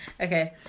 Okay